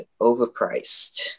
overpriced